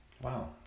Wow